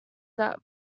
that